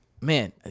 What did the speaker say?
man